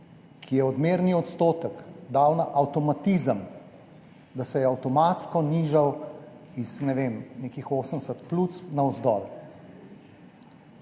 ki je odmerni odstotek dal na avtomatizem, da se je avtomatsko nižal iz nekih 80 plus navzdol.